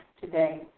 today